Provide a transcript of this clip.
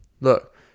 look